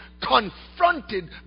confronted